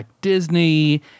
Disney